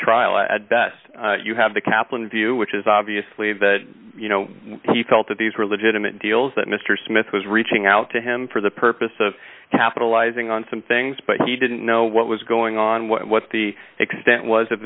trial at best you have the kaplan view which is obviously that you know he felt that these were legitimate deals that mr smith was reaching out to him for the purpose of capitalizing on some things but he didn't know what was going on what the extent was